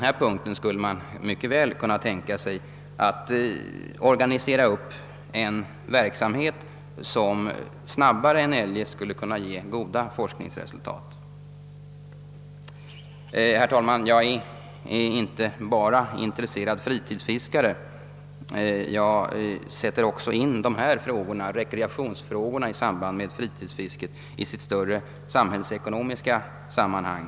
Där kan man mycket väl tänka sig att organisera upp en verksamhet som snabbare än eljest kan ge goda forskningsresultat. Herr talman! Jag är inte bara intresserad fritidsfiskare utan försöker också sätta in rekreationsfrågorna och fritidsfisket i ett större samhällsekonomiskt sammanhang.